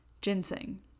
ginseng